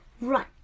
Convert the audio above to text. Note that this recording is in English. run